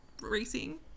racing